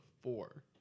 four